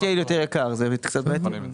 תמשיך.